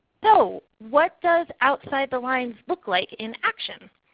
so what does outside the lines look like in action?